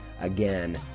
again